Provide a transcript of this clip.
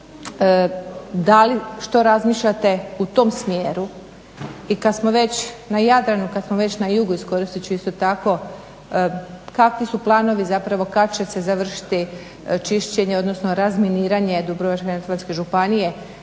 da li što razmišljate u tom smjeru. I kad smo već na Jadranu, kad smo već na jugu, iskoristiti ću isto tako kakvi su planovi zapravo kad će se završiti čišćenje odnosno razminiranje Dubrovačko-neretvanske županije.